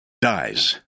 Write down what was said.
dies